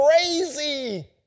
crazy